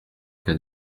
cas